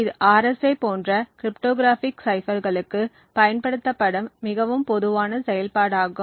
இது ஆர்எஸ்ஏ போன்ற கிரிப்டோகிராஃபிக் சைபர்களுக்குப் பயன்படுத்தப்படும் மிகவும் பொதுவான செயல்பாடாகும்